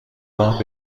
راه